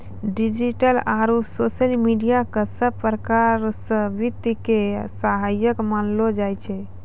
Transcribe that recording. digital आरू social media क सब प्रकार स वित्त के सहायक मानलो जाय छै